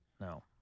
No